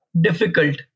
difficult